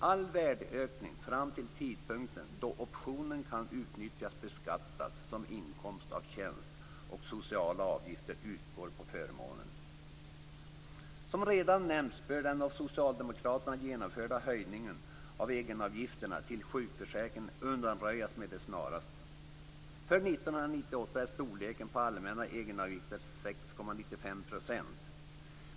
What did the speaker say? All värdeökning fram till tidpunkten då optionen kan utnyttjas beskattas som inkomst av tjänst, och sociala avgifter utgår på förmånen. Som redan nämnts bör den av Socialdemokraterna genomförda höjningen av egenavgifterna till sjukförsäkringen undanröjas med det snaraste. För 1998 är storleken på allmänna egenavgifter 6,95 %.